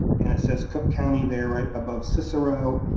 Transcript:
and it says cook county, there right above cicero.